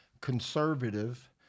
conservative